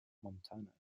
montana